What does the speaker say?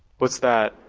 what's that?